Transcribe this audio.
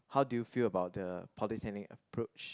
how do you feel about the polytechnic approach